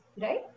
Right